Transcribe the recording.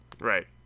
right